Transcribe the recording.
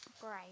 great